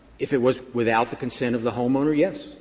if it was without the consent of the homeowner, yes,